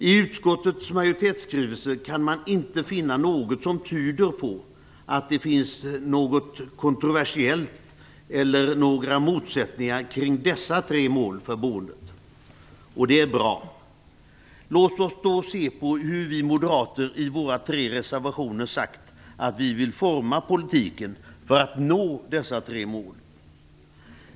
I utskottets majoritetsskrivning kan man inte finna något som tyder på att det finns något kontroversiellt eller några motsättningar kring dessa tre mål för boendet, och det är bra. Låt oss då se på hur vi moderater i våra tre reservationer har sagt att vi vill forma politiken för att nå dessa tre mål.